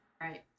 Right